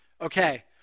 okay